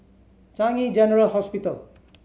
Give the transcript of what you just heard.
Changi General Hospital